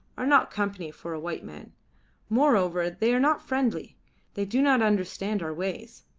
are not company for a white man moreover they are not friendly they do not understand our ways.